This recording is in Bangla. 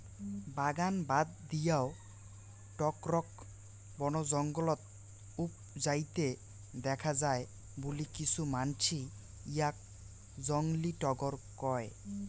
বাগান বাদ দিয়াও টগরক বনজঙ্গলত উবজাইতে দ্যাখ্যা যায় বুলি কিছু মানসি ইয়াক জংলী টগর কয়